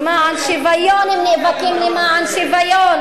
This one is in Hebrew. למען שוויון הם נאבקים, כמו בסוריה למשל.